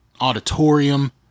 auditorium